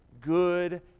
good